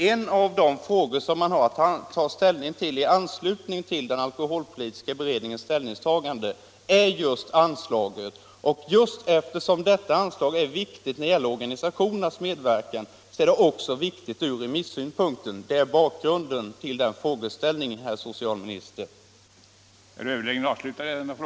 Herr talman! En av de frågor man har att ta ställning till i anslutning till den alkoholpolitiska beredningsgruppens utredning är statsanslaget, och just därför att detta anslag är så viktigt när det gäller organisationernas medverkan är det också viktigt ur remissynpunkt. Det är det som är bakgrunden till den frågeställningen, herr socialminister!